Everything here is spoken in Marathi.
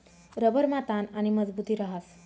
रबरमा ताण आणि मजबुती रहास